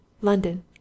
London